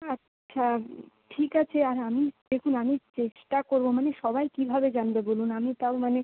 আচ্ছা ঠিক আছে আর আমি দেখুন আমি চেষ্টা করব মানে সবাই কীভাবে জানবে বলুন আমি তাও মানে